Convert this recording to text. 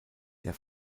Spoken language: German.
der